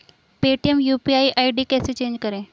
Paytm UPI ID कैसे change करें?